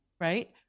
right